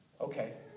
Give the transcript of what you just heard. okay